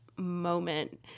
Moment